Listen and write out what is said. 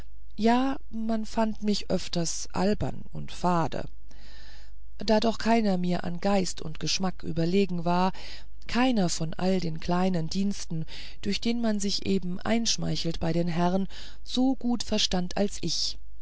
ja man fand mich öfters albern und fade da doch keiner mir an geist und geschmack überlegen war keiner von allen den kleinen dienst durch den man sich eben einschmeichelt bei dem herrn als ich